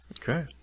Okay